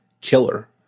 killer